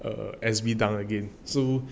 err S_B dunk again so